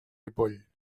ripoll